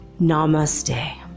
namaste